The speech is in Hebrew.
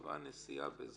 קבע יש